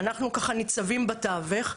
אנחנו ככה ניצבים בתווך.